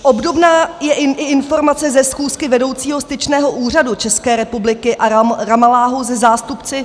Obdobná je i informace ze schůzky vedoucího styčného úřadu České republiky v Ramalláhu se zástupci